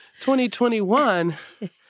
2021